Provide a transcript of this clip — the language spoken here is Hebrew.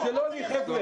זה לא לי, חבר'ה.